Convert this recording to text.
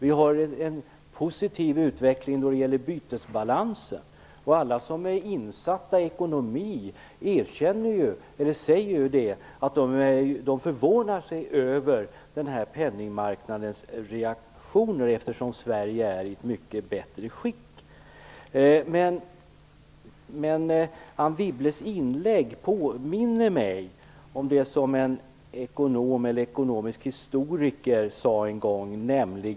Vi har en positiv utveckling i bytesbalansen. Alla som är insatta i ekonomi säger att de förvånar sig över dessa penningmarknadsreaktioner, eftersom Sverige är i ett mycket bättre skick. Men Anne Wibbles inlägg påminner mig om det som en ekonomisk historiker en gång sade.